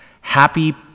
Happy